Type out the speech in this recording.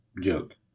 joke